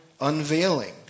unveiling